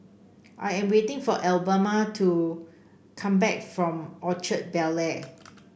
I am waiting for Alabama to come back from Orchard Bel Air